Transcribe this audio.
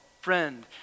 friend